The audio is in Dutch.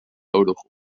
nodig